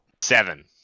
Seven